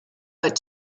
but